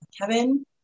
Kevin